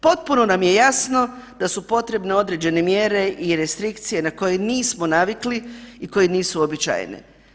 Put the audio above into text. Potpuno nam je jasno da su potrebne određene mjere i restrikcije na koje nismo navikli i koje nisu uobičajene.